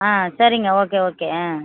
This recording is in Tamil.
ஆ சரிங்க ஓகே ஓகே ஆ